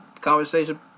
conversation